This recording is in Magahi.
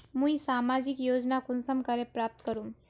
मुई सामाजिक योजना कुंसम करे प्राप्त करूम?